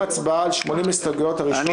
הצביעה הכנסת על כל אחת מההסתייגויות הכלולות